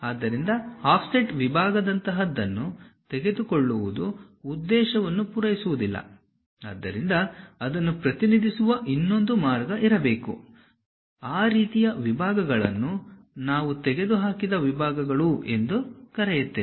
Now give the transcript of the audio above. ಆದ್ದರಿಂದ ಆಫ್ಸೆಟ್ ವಿಭಾಗದಂತಹದನ್ನು ತೆಗೆದುಕೊಳ್ಳುವುದು ಉದ್ದೇಶವನ್ನು ಪೂರೈಸುವುದಿಲ್ಲ ಆದ್ದರಿಂದ ಅದನ್ನು ಪ್ರತಿನಿಧಿಸುವ ಇನ್ನೊಂದು ಮಾರ್ಗ ಇರಬೇಕು ಆ ರೀತಿಯ ವಿಭಾಗಗಳನ್ನು ನಾವು ತೆಗೆದುಹಾಕಿದ ವಿಭಾಗಗಳು ಎಂದು ಕರೆಯುತ್ತೇವೆ